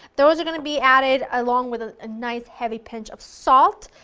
those are going to be added along with a ah nice heavy pinch of salt,